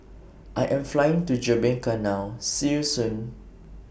I Am Flying to Jamaica now See YOU Soon